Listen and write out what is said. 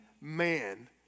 man